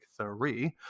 three